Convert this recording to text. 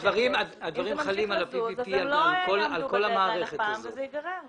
הדברים חלים על ה-PPP, על כל המערכת הזאת.